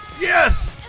Yes